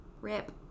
Rip